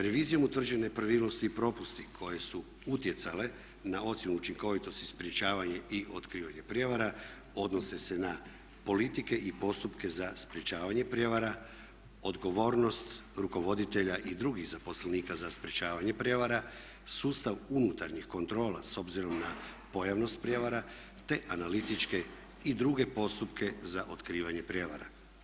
Revizijom utvrđene nepravilnosti i propusti koji su utjecali na ocjenu učinkovitosti, sprječavanje i otkrivanje prijevara odnose se na politike i postupke za sprječavanje prijevara, odgovornost rukovoditelja i drugih zaposlenika za sprječavanje prijevara, sustav unutarnjih kontrola s obzirom na pojavnost prijevara te analitičke i druge postupke za otkrivanje prijevara.